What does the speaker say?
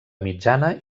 mitjana